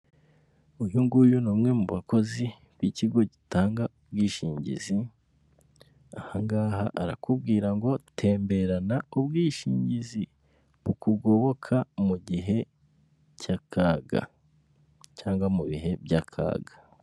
Uyu nguyu ni umwe mu bakozi b'ikigo gitanga ubwishingizi aha ngaha arakubwira ngo temberana ubwishingizi bukugoboka mu gihe cy'akaga cyangwa mu bihe by'akaga.